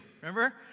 Remember